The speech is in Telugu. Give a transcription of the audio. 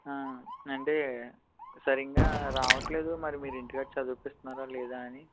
అంటే సరిగ్గా రావట్లేదు మరి మీరు ఇంటికాడ చదివిపిస్తున్నారా లేదా అని